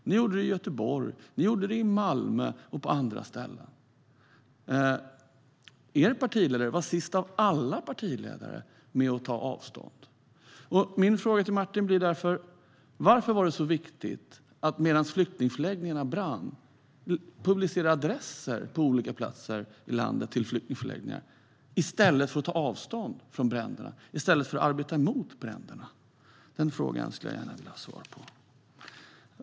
Ni gjorde det i Göteborg, ni gjorde det i Malmö och på andra ställen. Och er partiledare var sist av alla partiledare med att ta avstånd. Min fråga till Martin blir därför: Varför var det så viktigt att medan flyktingförläggningarna brann publicera adresser till flyktingförläggningar i landet i stället för att ta avstånd från bränderna, i stället för att arbeta mot bränderna? Den frågan skulle jag gärna vilja ha svar på.